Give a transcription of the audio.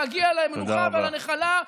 להגיע למנוחה ולנחלה,